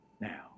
now